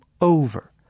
over